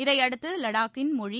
இதையடுத்து வடாக்கின் மொழி